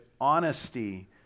honesty